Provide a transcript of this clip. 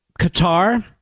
Qatar